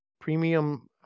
premium